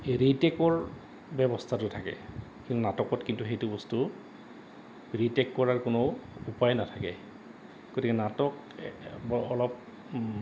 ৰিটেকৰ ব্যৱস্থাটো থাকে কিন্তু নাটকত কিন্তু সেইটো বস্তু ৰি টেক কৰাৰ কোনো উপায় নাথাকে গতিকে নাটক অলপ